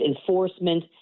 Enforcement